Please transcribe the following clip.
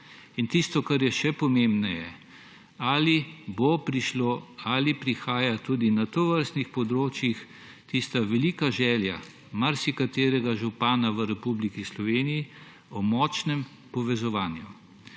In tisto, kar je še pomembneje, ali bo prišla ali prihaja tudi na tovrstnih področjih tista velika želja marsikaterega župana v Republiki Sloveniji o močnem povezovanju.